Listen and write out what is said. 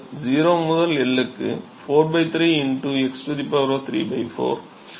0 முதல் L க்கு 4 3 x¾ L¾